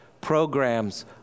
programs